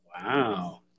Wow